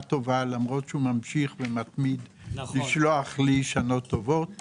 טובה למרות שהוא ממשיך ומתמיד לשלוח לי שנות טובות.